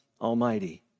Almighty